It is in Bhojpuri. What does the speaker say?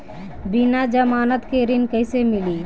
बिना जमानत के ऋण कैसे मिली?